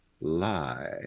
lie